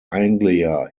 anglia